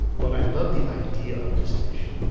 but i love the idea of this nation